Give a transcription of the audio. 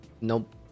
Nope